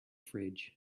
fridge